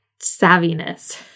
savviness